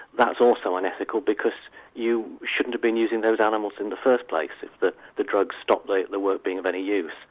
that is also unethical, because you shouldn't have been using those animals in the first place if the the drugs stop like the work being of any use.